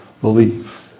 believe